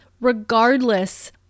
regardless